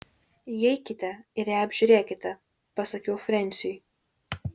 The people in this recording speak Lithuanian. įeikite ir ją apžiūrėkite pasakiau frensiui